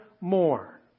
more